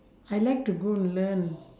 I like to go learn